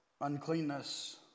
uncleanness